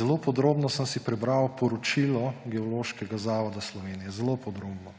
Zelo podrobno sem si prebral poročilo Geološkega zavoda Slovenije, zelo podrobno.